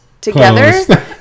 together